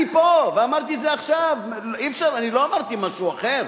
אני פה, ואמרתי את זה עכשיו, לא אמרתי משהו אחר.